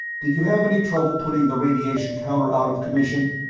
did you have any trouble putting the radiation counter out of commission?